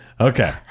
okay